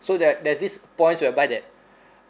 so there're there's this points whereby that